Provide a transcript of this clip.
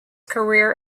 career